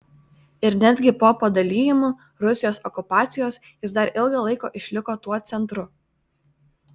ir netgi po padalijimų rusijos okupacijos jis dar ilgą laiką išliko tuo centru